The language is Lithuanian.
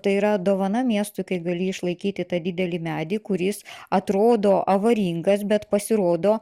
tai yra dovana miestui kai gali išlaikyti tą didelį medį kuris atrodo avaringas bet pasirodo